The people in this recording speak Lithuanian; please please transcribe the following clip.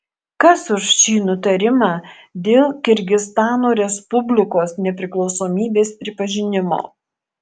kas už šį nutarimą dėl kirgizstano respublikos nepriklausomybės pripažinimo